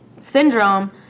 syndrome